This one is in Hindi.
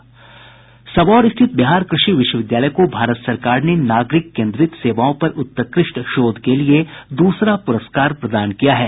सबौर स्थित बिहार कृषि विश्वविद्यालय को भारत सरकार ने नागरिक केन्द्रित सेवाओं पर उत्कृष्ट शोध के लिए दूसरा पुरस्कार प्रदान किया है